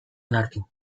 onartu